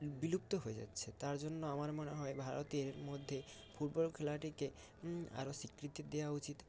বিলুপ্ত হয়ে যাচ্ছে তার জন্য আমার মনে হয় ভারতের মধ্যে ফুটবল খেলাটিকে আরও স্বীকৃতি দেওয়া উচিত